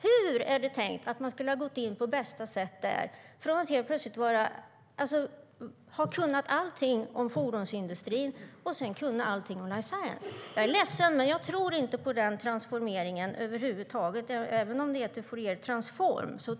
Hur är det tänkt att man skulle ha gått in på bästa sätt där, från att ha kunnat allting om fordonsindustrin till att kunna allting om life science? Jag är ledsen, men jag tror inte på den transformeringen över huvud taget, även om det heter Fouriertransform.